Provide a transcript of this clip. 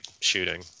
shooting